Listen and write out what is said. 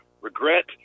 regret